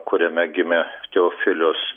kuriame gimė teofilius